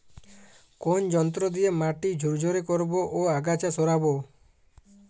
কোন যন্ত্র দিয়ে মাটি ঝুরঝুরে করব ও আগাছা সরাবো?